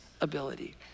ability